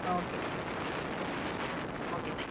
okay hmm okay thank you